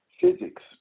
physics